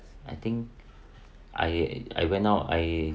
I think I I went out I